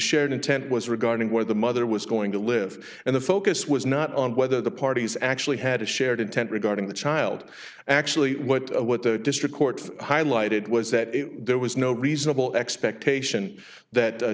shared intent was regarding where the mother was going to live and the focus was not on whether the parties actually had a shared intent regarding the child actually what what the district court highlighted was that there was no reasonable expectation that